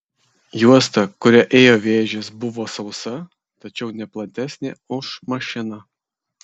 juosta kuria ėjo vėžės buvo sausa tačiau ne platesnė už mašiną